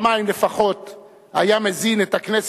שבו פעמיים לפחות הוא היה מזין את הכנסת